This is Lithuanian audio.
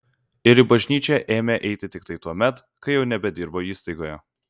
ir į bažnyčią ėmė eiti tiktai tuomet kai jau nebedirbo įstaigoje